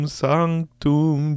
sanctum